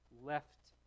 left